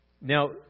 Now